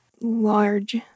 large